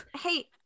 hey